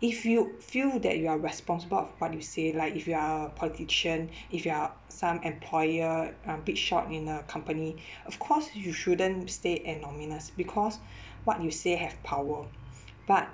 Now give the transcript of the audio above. if you feel that you are responsible of what you say like if you are a politician if you are some employer uh big shot in a company of course you shouldn't stay because what you say have power but